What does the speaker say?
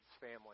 family